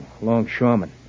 Longshoreman